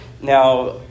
Now